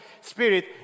Spirit